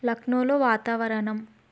లక్నోలో వాతావరణం